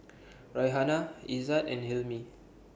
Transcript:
Raihana Izzat and Hilmi